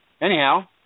Anyhow